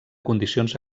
condicions